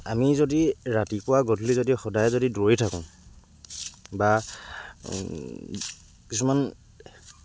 আমি যদি ৰাতিপুৱা গধূলি যদি সদায় যদি দৌৰি থাকোঁ বা কিছুমান